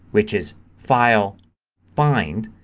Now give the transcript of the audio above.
which is file find,